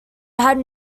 had